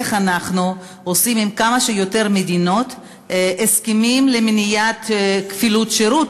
איך אנחנו עושים עם כמה שיותר מדינות הסכמים למניעת כפילות שירות?